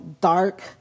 dark